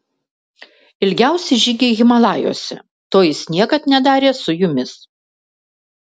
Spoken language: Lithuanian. ilgiausi žygiai himalajuose to jis niekad nedarė su jumis